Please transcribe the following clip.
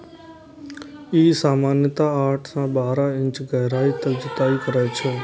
ई सामान्यतः आठ सं बारह इंच गहराइ तक जुताइ करै छै